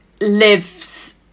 lives